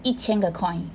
一千个 coin